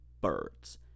birds